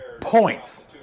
points